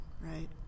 right